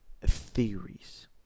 theories